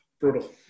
brutal